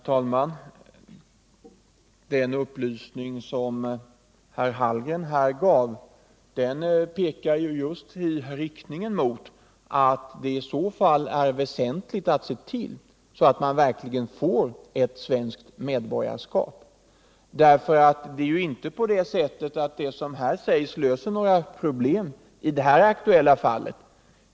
Herr talman! Den upplysning som herr Hallgren här gav pekar just i riktningen att det är väsentligt att se till att man får svenskt medborgarskap. Och det förslag som här framförs löser inte det aktuella problemet.